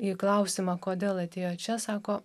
į klausimą kodėl atėjo čia sako